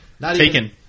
Taken